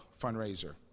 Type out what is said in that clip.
Fundraiser